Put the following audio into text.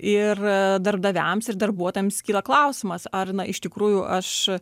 ir darbdaviams ir darbuotojams kyla klausimas ar na iš tikrųjų aš